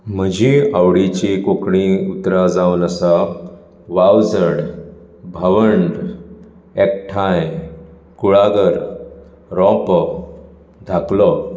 म्हजी आवडीचीं कोंकणी उतरां जावन आसात वावझड भावंड एकठांय कुळागर रोंपो धाकलो